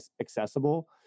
accessible